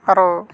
ᱟᱨᱚ